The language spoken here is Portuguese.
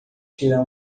tirar